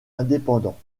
indépendants